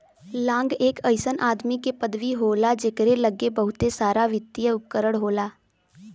लांग एक अइसन आदमी के पदवी होला जकरे लग्गे बहुते सारावित्तिय उपकरण होला